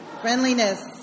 Friendliness